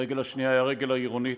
הרגל השנייה היא הרגל העירונית,